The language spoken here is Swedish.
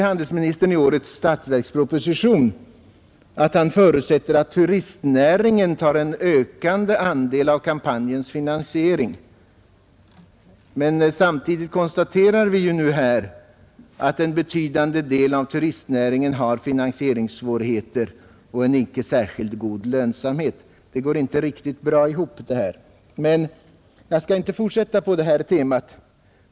Handelsministern säger i årets statsverksproposition att han förutsätter att turistnäringen tar en ökande andel av kampanjens finansiering. Men samtidigt konstaterar vi nu att en betydande del av turistnäringen har finansieringssvårigheter och en icke särskilt god lönsamhet. Det går inte riktigt bra ihop. Men jag skall inte fortsätta på detta tema.